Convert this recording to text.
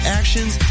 actions